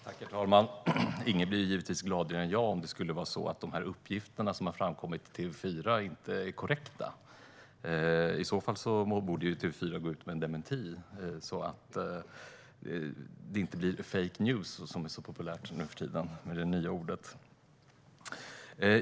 Herr talman! Ingen blir givetvis gladare än jag om uppgifterna som har framkommit i TV4 inte är korrekta. I så fall borde TV4 gå ut med en dementi så att det inte blir fake news, som är så populärt nuförtiden med nya ord.